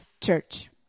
church